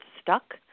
stuck